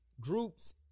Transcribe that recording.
groups